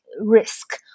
risk